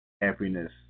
happiness